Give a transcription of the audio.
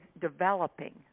developing